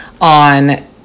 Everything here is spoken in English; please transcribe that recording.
on